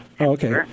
Okay